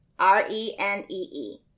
r-e-n-e-e